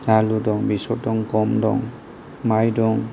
आलु दं बेसर दं गम दं माइ दं